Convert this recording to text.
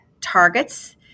targets